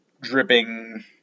dripping